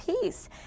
peace